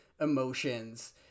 emotions